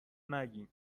نگین